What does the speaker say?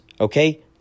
Okay